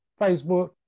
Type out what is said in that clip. Facebook